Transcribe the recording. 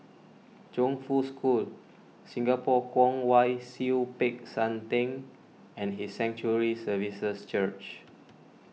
Chongfu School Singapore Kwong Wai Siew Peck San theng and His Sanctuary Services Church